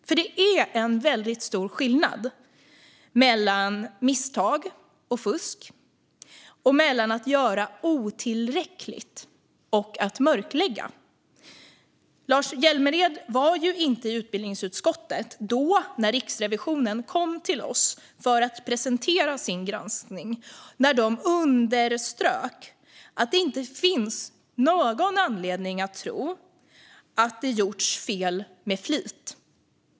Det är nämligen en väldigt stor skillnad mellan misstag och fusk och mellan att göra otillräckligt och att mörklägga. Lars Hjälmered var ju inte i utbildningsutskottet när Riksrevisionen kom till oss för att presentera sin granskning. De underströk då att det inte finns någon anledning att tro att det gjorts fel med flit.